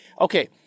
okay